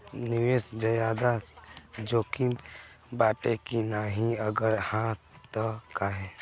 निवेस ज्यादा जोकिम बाटे कि नाहीं अगर हा तह काहे?